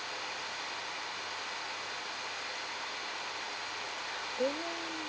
oh